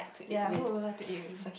ya who would you like to eat with